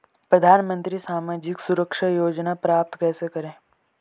प्रधानमंत्री सामाजिक सुरक्षा योजना प्राप्त कैसे करें?